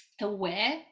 aware